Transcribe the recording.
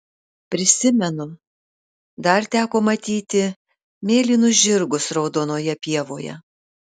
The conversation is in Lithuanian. prisimenu dar teko matyti mėlynus žirgus raudonoje pievoje